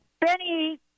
Benny